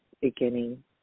beginning